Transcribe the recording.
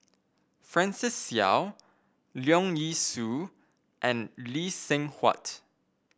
Francis Seow Leong Yee Soo and Lee Seng Huat